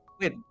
Wait